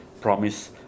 promise